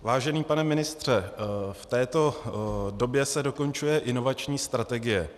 Vážený pane ministře, v této době se dokončuje inovační strategie.